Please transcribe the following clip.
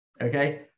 okay